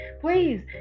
Please